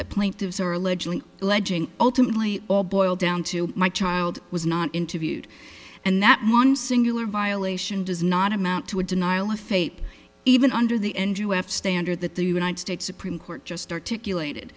that plaintiffs are allegedly alleging ultimately all boil down to my child was not interviewed and that one singular violation does not amount to a denial of faith even under the engine standard that the united states supreme court just articulated